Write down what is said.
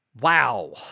wow